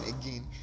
again